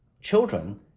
children